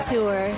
Tour